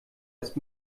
ist